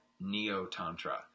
Neo-Tantra